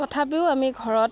তথাপিও আমি ঘৰত